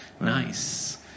Nice